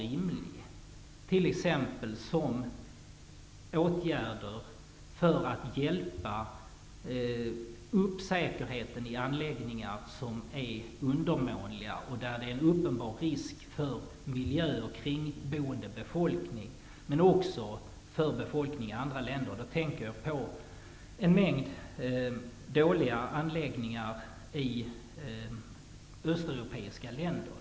Det kan t.ex. gälla åtgärder för att öka säkerheten i anläggningar som är undermåliga och där det föreligger en uppenbar risk för miljön och den kringboende befolkningen, men också för befolkningen i andra länder. Jag tänker på en mängd dåliga anläggningar i östeuropeiska länder.